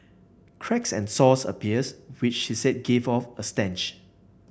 cracks and sores appear which she said give off a stench